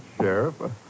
Sheriff